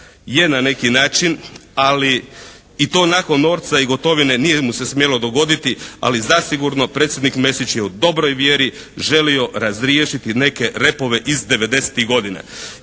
je na neki način, ali i to nakon Norca i Gotovine nije mu se smjelo dogoditi ali zasigurno predsjednik Mesić je u dobroj vjeri želio razriješiti neke repove iz devedesetih